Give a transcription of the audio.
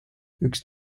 üks